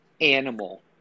animal